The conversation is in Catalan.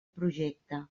projecte